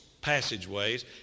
passageways